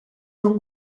non